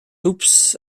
oops